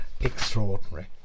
extraordinary